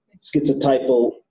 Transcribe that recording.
schizotypal